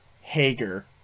Hager